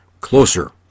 closer